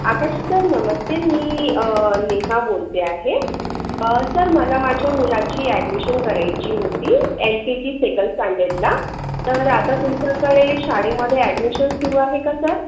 आकाश sir नमस्ते मी नेहा बोलते आहे सर मला माझ्या मुलाची ॲडमिशन करायची होती एल के जी सेकंड स्टँडर्डला तर आता तुमच्याकडे शाळेमध्ये ॲडमिशन सुरु आहे का सर